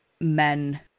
men